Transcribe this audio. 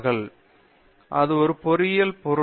பேராசிரியர் அரிந்தமா சிங் இது ஒரு பொறியியல் பொருள்